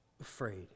afraid